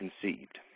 conceived